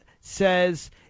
says